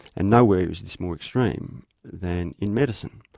and nowhere is this more extreme than in medicine,